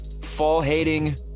fall-hating